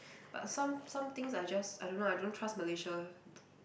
but some some things I just I don't know I don't trust Malaysia